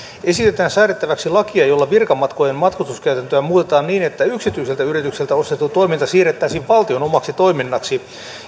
esitetään säädettäväksi lakia jolla virkamatkojen matkustuskäytäntöä muutetaan niin että yksityiseltä yritykseltä ostettu toiminta siirrettäisiin valtion omaksi toiminnaksi